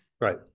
right